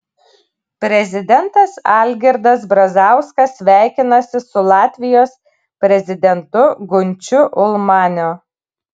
prezidentas algirdas brazauskas sveikinasi su latvijos prezidentu gunčiu ulmaniu